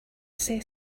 say